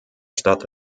stadt